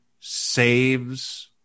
saves